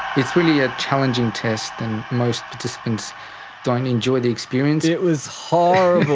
it's really a challenging test, and most participants don't enjoy the experience. it was horrible.